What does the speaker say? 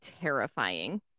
terrifying